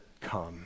come